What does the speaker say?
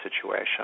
situation